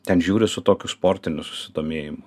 ten žiūri su tokiu sportiniu susidomėjimu